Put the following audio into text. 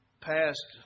passed